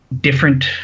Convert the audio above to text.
different